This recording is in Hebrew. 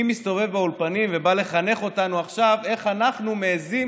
מי מסתובב באולפנים ובא לחנך אותנו עכשיו איך אנחנו מעיזים,